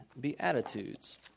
Beatitudes